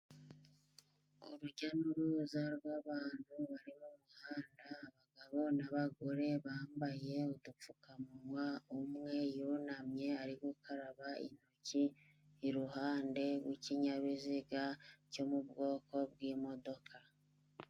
Urujya n'uruza rw'abantu abagabo n'abagore bambaye udupfukamunwa, umwe yunamye ari gukaraba intoki iruhande rw'ikinyabiziga cyo mu bwoko bw'imodoka.